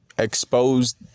exposed